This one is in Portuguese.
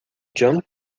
john